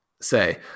say